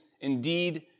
indeed